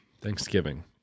Thanksgiving